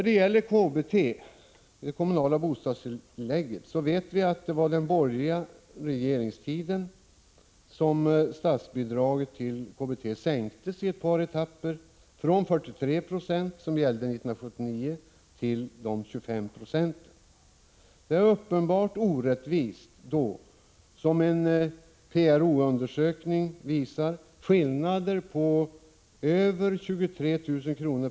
Det var under den borgerliga regeringstiden som statsbidraget till det kommunala bostadstillägget, KBT, sänktes i ett par etapper, från 43 90 år 1979 till de 25 26 som gäller i dag. Det är uppenbart orättvist att det — som en PRO-undersökning visar — föreligger skillnader på mer än 23 000 kr.